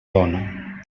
dona